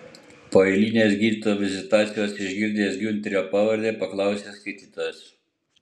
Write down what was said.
po eilinės gydytojo vizitacijos išgirdęs giunterio pavardę paklausė skaitytojas